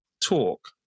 talk